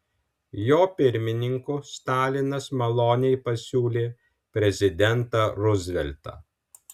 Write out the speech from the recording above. jo pirmininku stalinas maloniai pasiūlė prezidentą ruzveltą